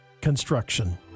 Construction